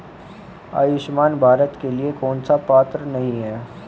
आयुष्मान भारत के लिए कौन पात्र नहीं है?